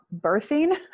birthing